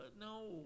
No